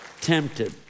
tempted